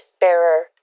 bearer